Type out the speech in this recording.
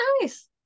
nice